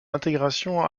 intégration